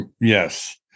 Yes